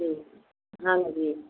ਅਤੇ ਹਾਂਜੀ